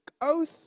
oath